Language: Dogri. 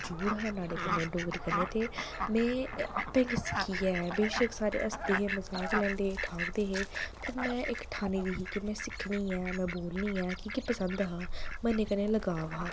इक जुड़ाव हा न्हाड़े कन्ने डोगरी कन्नै ते में आपे गै सिक्खियै बेशक सारे हसदे हे मजाक लैंदे हे ठाकदे हे में इक ठान्नी दी ही के में सिक्खनी ऐ में बोलनी ऐ कि पसंद हा में एह्दे कन्नै लगाव हा